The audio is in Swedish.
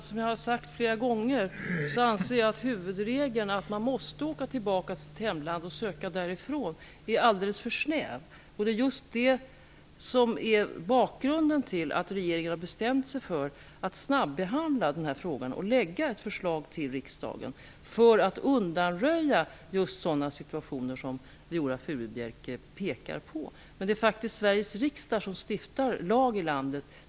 Fru talman! Som jag flera gånger har sagt anser jag att huvudregeln, att man måste åka tillbaka till sitt hemland och söka därifrån, är alldeles för snäv. Det är bakgrunden till att regeringen bestämt sig för att snabbehandla denna fråga och lägga fram ett förslag för riksdagen, just för att undanröja situationer som de Viola Furubjelke pekar på. Men det är faktiskt Sveriges riksdag som stiftar lag i landet.